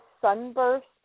sunburst